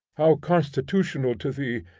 how constitutional to thee,